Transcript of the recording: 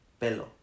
pelo